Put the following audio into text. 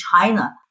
China